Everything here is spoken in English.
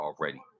already